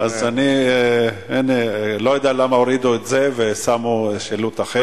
אני לא יודע למה הורידו את זה ושמו שילוט אחר.